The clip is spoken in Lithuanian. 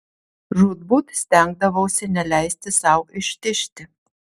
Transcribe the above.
žūtbūt stengdavausi neleisti sau ištižti